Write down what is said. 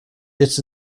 its